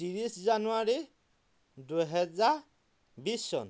ত্ৰিছ জানুৱাৰী দুহেজাৰ বিছ চন